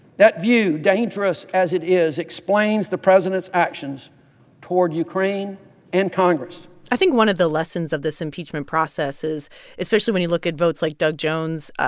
that view, dangerous as it is, explains the president's actions toward ukraine and congress i think one of the lessons of this impeachment process is especially when you look at votes like doug jones',